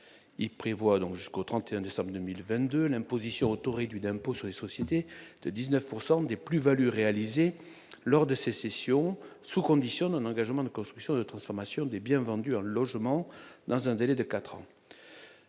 il prévoit donc jusqu'au 31 décembre 2020 l'retour réduit d'impôt sur les sociétés de 19 pourcent des plus values réalisées lors de ces sessions sous condition d'un engagement de construction de transformation des biens vendus en logements dans un délai de 4 ans